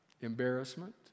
Embarrassment